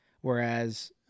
whereas